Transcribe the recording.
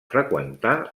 freqüentar